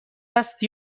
است